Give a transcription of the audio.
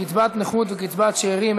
קצבת נכות וקצבת שאירים),